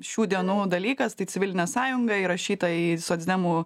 šių dienų dalykas tai civilinė sąjunga įrašyta į socdemų